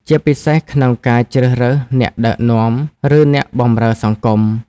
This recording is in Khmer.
ជាពិសេសក្នុងការជ្រើសរើសអ្នកដឹកនាំ ឬអ្នកបម្រើសង្គម។